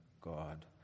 God